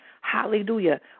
Hallelujah